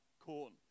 corn